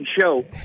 show